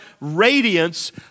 radiance